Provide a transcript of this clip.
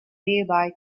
nearby